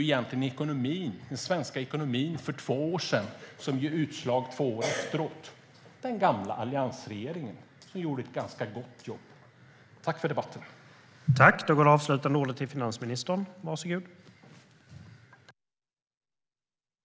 Den svenska ekonomin för två år sedan ger nu utslag. Den gamla alliansregeringen gjorde alltså ett ganska gott jobb. Tack för debatten!